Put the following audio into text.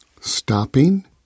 stopping